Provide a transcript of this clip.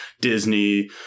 Disney